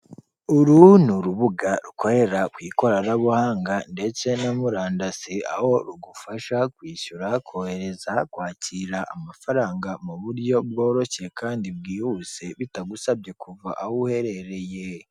Uru ni urubuga rukorera ku ikoranabuhanga ndetse na murandasi, aho rugufasha kwishyura, kohereza, kwakira amafaranga mu buryo bworoshye kandi bwihuse bitagusabye kuva aho uherereye.